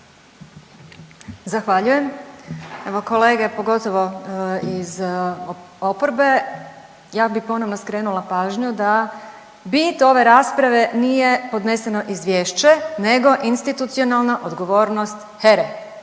Zahvaljujem. Evo kolege pogotovo iz oporbe ja bi ponovno skrenula pažnju da bit ove rasprave nije podneseno izvješće nego institucionalna odgovornost HERE